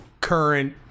current